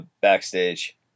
backstage